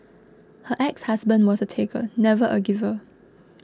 her exhusband was a taker never a giver